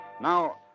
Now